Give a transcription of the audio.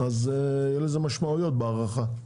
אז יהיו לזה משמעויות בהארכה.